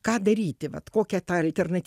ką daryti vat kokia ta alternaty